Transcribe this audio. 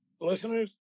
listeners